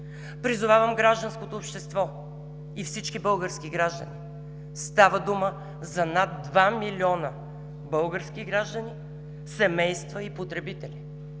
Призовавам гражданското общество и всички български граждани – става дума за над два милиона български граждани, семейства и потребители.